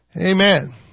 Amen